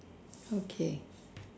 okay